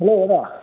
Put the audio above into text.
hello आदा